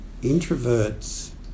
introverts